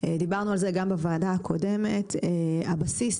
דיברנו על זה גם בוועדה הקודמת, הבסיס